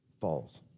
falls